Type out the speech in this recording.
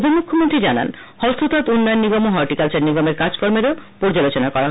উপমুখ্যমন্ত্রী জানান গতকাল হস্ততাঁত উন্নয়ন নিগম ও হর্টিকালচার নিগমের কাজকর্মেরও পর্যালোচনা করা হয়